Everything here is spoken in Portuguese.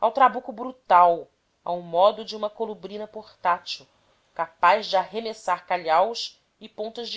ao trabuco brutal ao modo de uma colubrina portátil capaz de arremessar calhaus e pontas